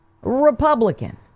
Republican